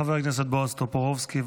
חבר הכנסת בועז טופורובסקי,